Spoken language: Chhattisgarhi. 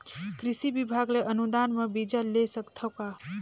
कृषि विभाग ले अनुदान म बीजा ले सकथव का?